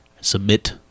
Submit